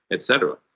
etc.